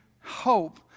hope